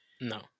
No